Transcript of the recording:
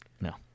no